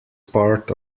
part